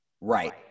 Right